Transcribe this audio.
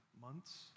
months